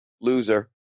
Loser